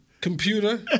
Computer